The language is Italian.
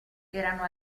erano